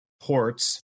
ports